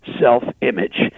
self-image